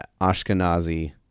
Ashkenazi